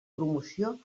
promoció